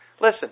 Listen